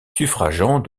suffragant